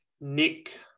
Nick